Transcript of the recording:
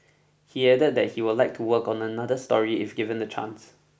he added that he would like to work on another story if given the chance